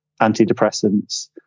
antidepressants